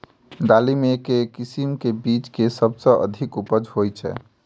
दालि मे केँ किसिम केँ बीज केँ सबसँ अधिक उपज होए छै?